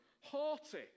haughty